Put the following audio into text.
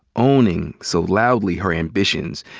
owning so loudly her ambitions,